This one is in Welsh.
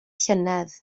llynedd